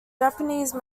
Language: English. japanese